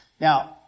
Now